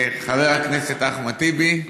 חבר הכנסת אחמד טיבי,